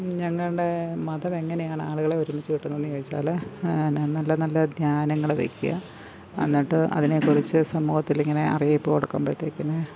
ഞങ്ങളുടെ മതം എങ്ങനെയാണ് ആളുകളെ ഒരുമിച്ച് കൂട്ടുന്നെന്ന് ചോദിച്ചാല് എന്നാ നല്ല നല്ല ധ്യാനങ്ങള് വയ്ക്കുക എന്നിട്ട് അതിനെക്കുറിച്ച് സമൂഹത്തിലിങ്ങനെ അറീയിപ്പ് കൊടുക്കുമ്പോഴത്തേക്കിന്